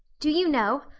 do you know,